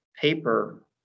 paper